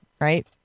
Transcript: right